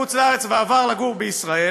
עד 120, בעזרת השם, ובריאות מלאה.